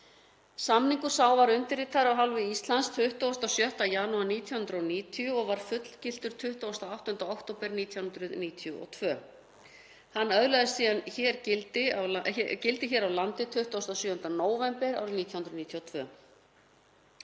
Samningur sá var undirritaður af Íslands hálfu 26. janúar 1990 og var fullgiltur 28. október 1992. Hann öðlaðist síðan gildi hér á landi 27. nóvember 1992.